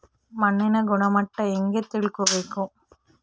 ಮಣ್ಣಿನ ಗುಣಮಟ್ಟ ಹೆಂಗೆ ತಿಳ್ಕೊಬೇಕು?